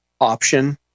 option